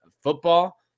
football